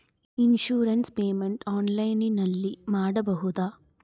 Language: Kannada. ಇನ್ಸೂರೆನ್ಸ್ ಪೇಮೆಂಟ್ ಆನ್ಲೈನಿನಲ್ಲಿ ಮಾಡಬಹುದಾ?